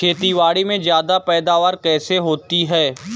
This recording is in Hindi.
खेतीबाड़ी में ज्यादा पैदावार कैसे होती है?